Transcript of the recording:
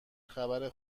خبر